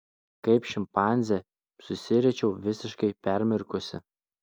kaip šimpanzė susiriečiau visiškai permirkusi